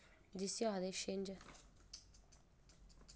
जिस्सी आखदे छिंज